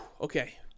Okay